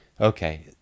Okay